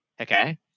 Okay